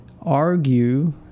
argue